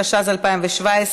התשע"ז 2017,